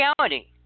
reality